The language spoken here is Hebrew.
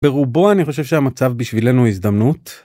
ברובו אני חושב שהמצב בשבילנו הזדמנות.